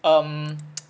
um